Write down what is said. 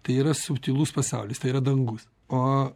tai yra subtilus pasaulis tai yra dangus o